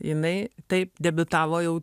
jinai taip debiutavo jau